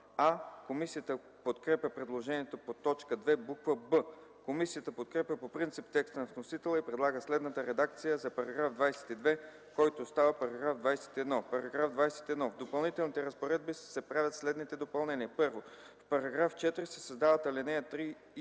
„а”. Комисията подкрепя предложението по т. 2, буква „б”. Комисията подкрепя по принцип текста на вносителя и предлага следната редакция за § 22, който става § 21: „§ 21. Допълнителните разпоредби се правят следните допълнения: 1. В § 4 се създават ал. 3 и